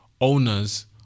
owners